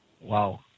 Wow